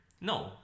No